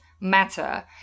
matter